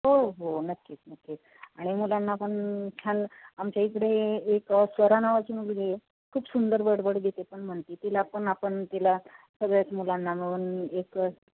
हो हो नक्कीच नक्कीच आणि मुलांना पण छान आमच्या इकडे एक स्वरा नावाची मुलगी आहे खूप सुंदर बडबडगीते पण म्हनते तिला पण आपण तिला सगळ्याच मुलांना मिळून एक